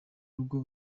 rugo